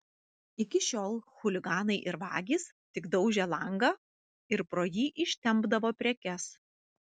iki šiol chuliganai ir vagys tik daužė langą ir pro jį ištempdavo prekes